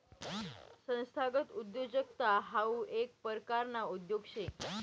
संस्थागत उद्योजकता हाऊ येक परकारना उद्योग शे